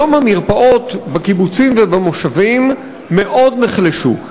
היום המרפאות בקיבוצים ובמושבים מאוד נחלשו.